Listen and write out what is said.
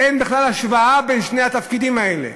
אין בכלל השוואה בין שני התפקידים האלה.